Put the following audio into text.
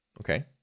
Okay